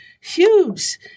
huge